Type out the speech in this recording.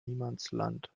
niemandsland